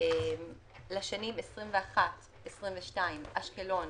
לשנים 21-22, אשקלון